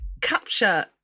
capture